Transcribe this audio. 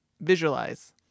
visualize